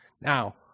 Now